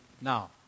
now